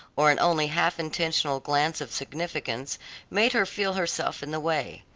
or an only half-intentional glance of significance made her feel herself in the way.